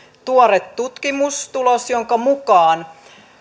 tuore tutkimustulos jonka mukaan